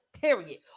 period